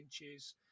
inches